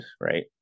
right